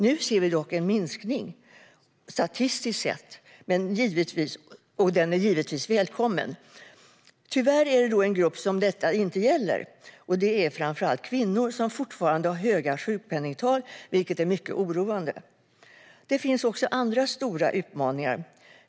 Nu ser vi dock en minskning statistiskt sett, och den är givetvis välkommen. Tyvärr finns det en grupp som detta inte gäller. Det är framför allt kvinnor, som fortfarande har höga sjukpenningtal, vilket är mycket oroande. Det finns också andra stora utmaningar.